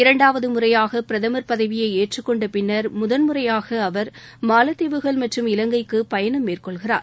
இரண்டாவது முறையாக பிரதமர் பதவியை ஏற்றக்கொண்ட பின்னர் முதன்முறையாக அவர் மாலத்தீவுகள் மற்றும் இலங்கைக்கு பயணம் மேற்கொள்கிறார்